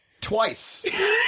Twice